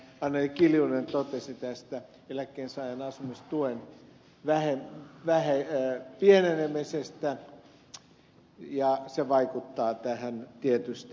anneli kiljunen totesi tästä eläkkeensaajan asumistuen pienenemisestä se vaikuttaa tähän tietysti